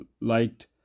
liked